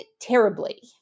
terribly